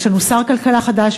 יש לנו שר כלכלה חדש,